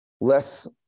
less